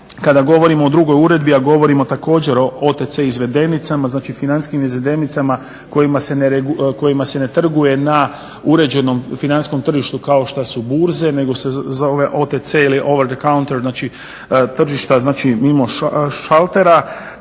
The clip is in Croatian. kada govorimo o drugoj uredbi a govorimo također o OTC izvedenicama znači financijskim izvedenicama kojima se ne trguje na uređenom financijskom tržištu kao što su burze nego se zove OTC ili over the counter tržišta mimo šaltera.